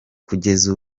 kugeza